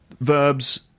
verbs